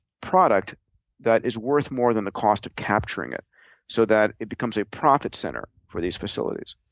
product that is worth more than the cost of capturing it so that it becomes a profit center for these facilities?